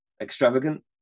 extravagant